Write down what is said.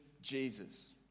Jesus